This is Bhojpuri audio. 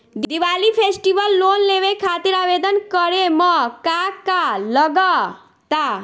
दिवाली फेस्टिवल लोन लेवे खातिर आवेदन करे म का का लगा तऽ?